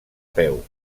peu